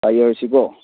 ꯇꯥꯏꯌꯔꯁꯤꯀꯣ